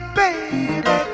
baby